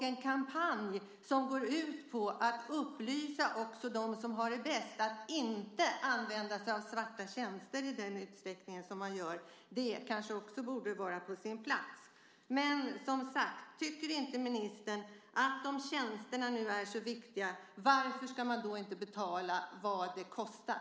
En kampanj som går ut på att upplysa också dem som har det bäst om att man inte ska använda sig av svarta tjänster i den utsträckning som man gör kanske också borde vara på sin plats. Men, som sagt, ministern: Om tjänsterna nu är så viktiga, varför ska man inte betala vad det kostar?